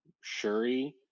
Shuri